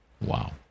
Wow